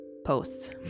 posts